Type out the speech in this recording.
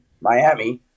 Miami